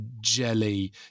jelly